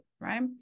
right